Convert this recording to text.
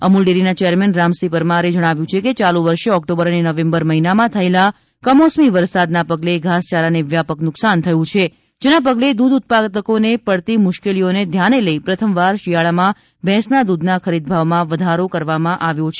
અમૂલડેરીના chairman Ramsinh પરમારે જણાવ્યું હતું કે ચાલુ વર્ષે ઓક્ટોબર અને નવેમ્બર મહિનામાં થયેલા કમોસમી વરસાદના પગલે ઘાસયારાને વ્યાપક નુકશાન થયું છે જેના પગલે દૂધ ઉત્પાદકોને પડતી મુશકેલીઓને ધ્યાને લઇને પ્રથમવાર શિયાળામાં ભેંસના દૂધના ખરીદભાવમાં વધારો કરવામાં આવ્યો છે